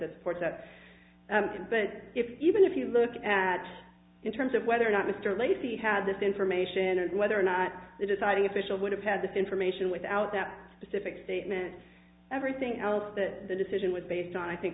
course that but if even if you look at in terms of whether or not mr lacy had this information or whether or not the deciding official would have had that information without that specific statement everything else that the decision was based on i think